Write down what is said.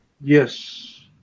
yes